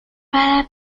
para